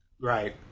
Right